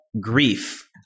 grief